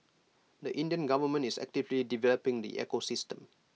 the Indian government is actively developing the ecosystem